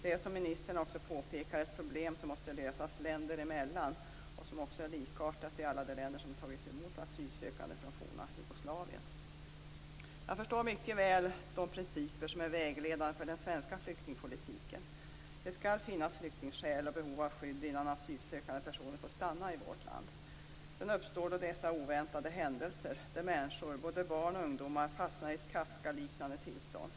Det är, som ministern påpekar, ett problem som måste lösas länder emellan, och som också är likartat i alla de länder som har tagit emot asylsökande från forna Jugoslavien. Jag förstår mycket väl de principer som är vägledande för den svenska flyktingpolitiken. Det skall finnas flyktingskäl och behov av skydd innan asylsökande personer får stanna i vårt land. Sedan uppstår då dessa oväntade händelser där människor, både barn och ungdomar, fastnar i ett Kafkaliknande tillstånd.